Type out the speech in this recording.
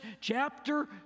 chapter